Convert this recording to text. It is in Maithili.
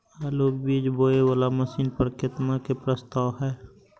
आलु बीज बोये वाला मशीन पर केतना के प्रस्ताव हय?